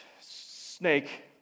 snake